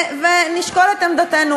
ונשקול את עמדתנו.